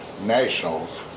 nationals